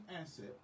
asset